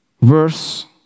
Verse